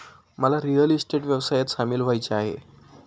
मला real estate व्यवसायात सामील व्हायचे आहे